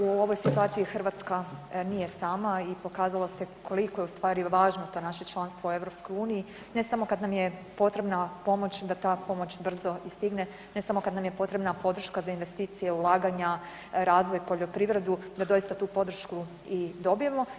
U ovoj situaciji Hrvatska nije sama i pokazala se koliko je u stvari važno to naše članstvo u EU ne samo kad nam je potrebna pomoć, da ta pomoć brzo i stigne, ne samo kad nam je potrebna pomoć za investicije, ulaganja, razvoj, poljoprivredu da doista tu podršku i dobijemo.